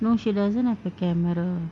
no she doesn't have a camera